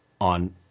on